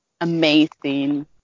amazing